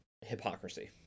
hypocrisy